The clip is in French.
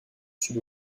sud